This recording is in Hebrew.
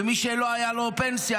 ומי שלא הייתה לו פנסיה,